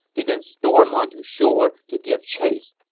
they then stormed onto shore to give chase.